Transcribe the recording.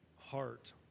heart